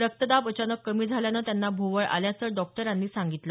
रक्तदाब अचानक कमी झाल्यानं त्यांना भोवळ आल्याचं डॉक्टरांनी सांगितलं